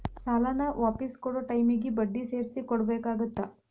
ಸಾಲಾನ ವಾಪಿಸ್ ಕೊಡೊ ಟೈಮಿಗಿ ಬಡ್ಡಿ ಸೇರ್ಸಿ ಕೊಡಬೇಕಾಗತ್ತಾ